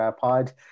Pod